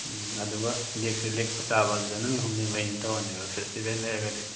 ꯎꯝ ꯑꯗꯨꯒ ꯂꯦꯛꯁꯨ ꯂꯦꯛꯄ ꯆꯥꯕ ꯑꯗꯨꯗ ꯅꯨꯃꯤꯠ ꯍꯨꯝꯅꯤ ꯃꯔꯤꯅꯤ ꯇꯧꯔꯅꯦꯕ ꯐꯦꯁꯇꯤꯕꯦꯜ ꯂꯩꯔꯒꯗꯤ